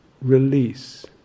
release